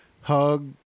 hug